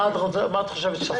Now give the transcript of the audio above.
מה את חושבת שצריך להיות?